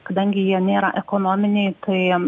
kadangi jie nėra ekonominiai tai